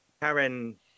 Karen